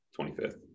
25th